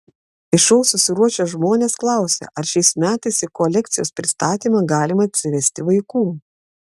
į šou susiruošę žmonės klausia ar šiais metais į kolekcijos pristatymą galima atsivesti vaikų